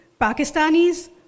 Pakistanis